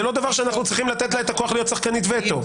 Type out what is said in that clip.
זה לא דבר שאנחנו צריכים לתת לה את הכוח להיות שחקנים וטו,